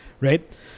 right